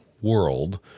world